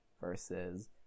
versus